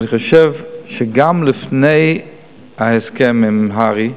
אבל אני חושב שגם לפני ההסכם עם הר"י,